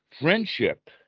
friendship